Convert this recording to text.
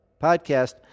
Podcast